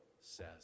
says